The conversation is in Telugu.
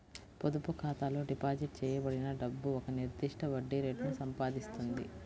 పొదుపు ఖాతాలో డిపాజిట్ చేయబడిన డబ్బు ఒక నిర్దిష్ట వడ్డీ రేటును సంపాదిస్తుంది